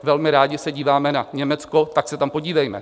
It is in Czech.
Velmi rádi se díváme na Německo, tak se tam podívejme.